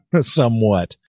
somewhat